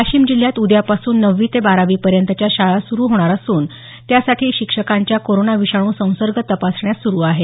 वाशिम जिल्ह्यात उद्यापासून नववी ते बारावीपर्यंतच्या शाळा सुरु होणार असून त्यासाठी शिक्षकांच्या कोरोना विषाणू संसर्ग तपासण्या सुरु आहेत